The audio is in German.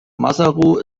maseru